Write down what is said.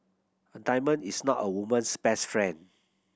a diamond is not a woman's best friend